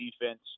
defense